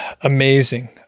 Amazing